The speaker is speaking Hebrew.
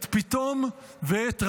את פִּתֹם ואת רעמסס".